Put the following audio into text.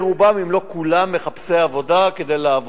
ורובם, אם לא כולם, מחפשי עבודה, באו כדי לעבוד.